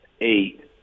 eight